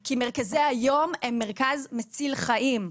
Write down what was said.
כי מרכזי היום הם מרכז מציל חיים.